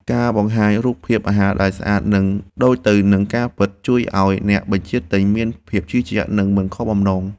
ការបង្ហាញរូបភាពអាហារដែលស្អាត និងដូចទៅនឹងការពិតជួយឱ្យអ្នកបញ្ជាទិញមានភាពជឿជាក់ និងមិនខកបំណង។